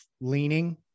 leaning